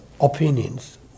opinions